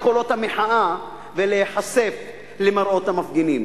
קולות המחאה ולהיחשף למראות המפגינים.